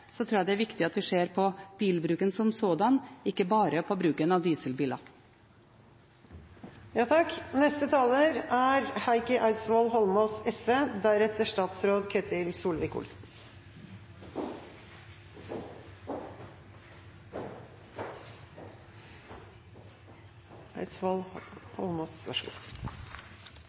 tror jeg det er viktig at vi ser på bilbruken som sådan, ikke bare på bruken av